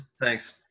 Thanks